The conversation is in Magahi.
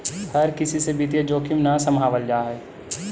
हर किसी से वित्तीय जोखिम न सम्भावल जा हई